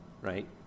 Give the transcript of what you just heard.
right